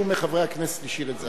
חבר הכנסת נסים זאב,